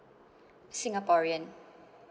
singaporean